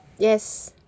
ah yes